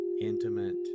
intimate